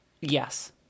Yes